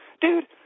dude